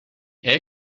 air